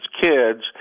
kids